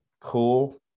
cool